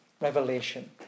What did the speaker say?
revelation